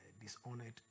dishonored